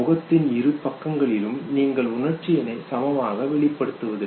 முகத்தின் இரு பக்கங்களிலும் நீங்கள் உணர்ச்சியினை சமமாக வெளிப்படுத்துவதில்லை